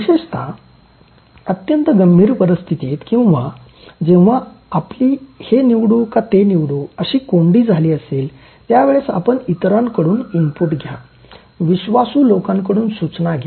विशेषत अत्यंत गंभीर परिस्थितीत किंवा जेव्हा आपली हे निवडू का ते निवडू अशी कोंडी झाली असेल त्यावेळेस आपण इतरांकडून इनपुट घ्या विश्वासू लोकांकडून सूचना घ्या